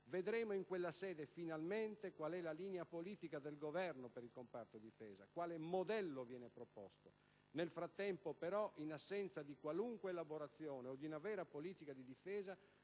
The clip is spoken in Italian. Vedremo in quella sede finalmente qual è la linea politica del Governo per il comparto Difesa, quale modello viene proposto. Nel frattempo, però, in assenza di qualunque elaborazione e di una vera politica di difesa,